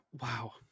wow